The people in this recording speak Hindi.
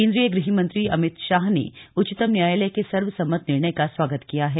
केन्द्रीय गृहमंत्री अमित शाह ने उच्चतम न्यायालय के सर्वसम्मत निर्णय का स्वागत किया है